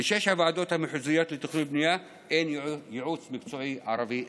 בשש הוועדות המחוזיות לתכנון ובנייה אין יועץ מקצועי ערבי אחד.